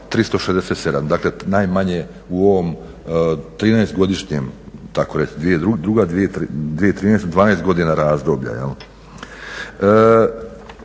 367 dakle najmanje u ovom trinaestogodišnjem tako reći 2002.-2013. 12 godina razdoblja.